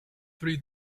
three